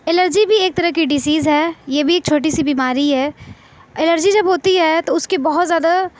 allergy بھی ایک طرح کی ڈسیز ہے یہ بھی ایک چھوٹی سی بیماری ہے الرجی جب ہوتی ہے تو اس کے بہت زیادہ